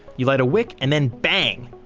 you light a wick and then, bang!